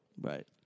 Right